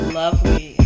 lovely